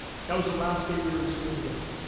that was the last day we were in school together.